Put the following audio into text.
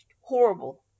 horrible